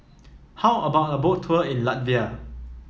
how about a Boat Tour in Latvia